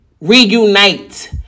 Reunite